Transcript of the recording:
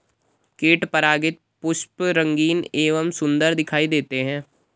कीट परागित पुष्प रंगीन एवं सुन्दर दिखाई देते हैं